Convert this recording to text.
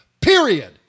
period